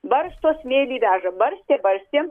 barsto smėlį veža barstė barstė